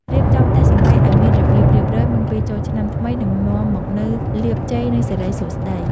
រៀបចំផ្ទះសម្បែងឱ្យមានរបៀបរៀបរយមុនពេលចូលឆ្នាំថ្មីនឹងនាំមកនូវលាភជ័យ និងសិរីសួស្តី។